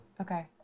Okay